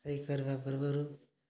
ରୋଷେଇ କରିବା ପୂର୍ବରୁ